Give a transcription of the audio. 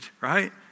right